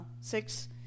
six